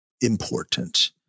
important